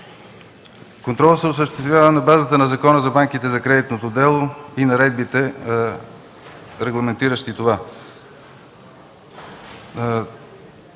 Контролът се осъществява на базата на Закона за банките и кредитното дело и наредбите, регламентиращи това.